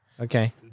Okay